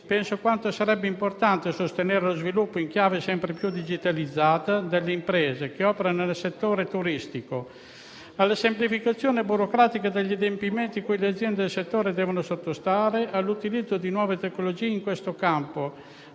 Penso a quanto sarebbe importante sostenere lo sviluppo in chiave sempre più digitalizzata delle imprese che operano nel settore turistico, alla semplificazione burocratica degli adempimenti cui le aziende del settore devono sottostare, all'utilizzo di nuove tecnologie in questo campo,